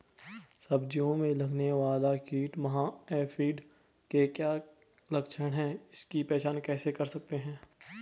सब्जियों में लगने वाला कीट माह एफिड के क्या लक्षण हैं इसकी पहचान कैसे कर सकते हैं?